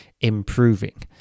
improving